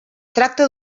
tracta